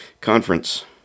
conference